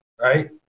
right